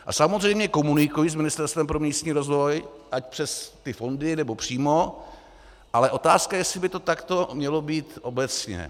A samozřejmě komunikují s Ministerstvem pro místní rozvoj, ať přes ty fondy, nebo přímo, ale otázka je, jestli by to takto mělo být obecně.